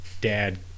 dad